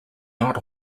not